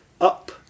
up